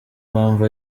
mpamvu